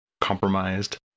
compromised